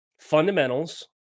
fundamentals